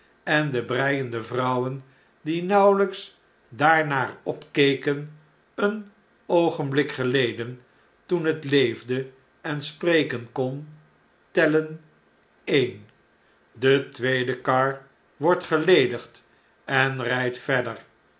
en de breiende vrouwen die nauweiyks daarnaar opkeken een oogenblik geleden toen het leefde en spreken kon tellen een de tweede kar wordt geledigd en rijdt verder